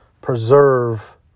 preserve